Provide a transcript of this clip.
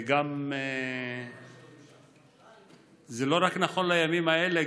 זה נכון לא רק לימים האלה.